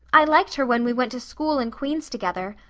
i liked her when we went to school and queen's together.